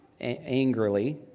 angrily